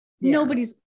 Nobody's